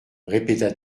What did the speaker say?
répéta